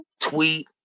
Tweet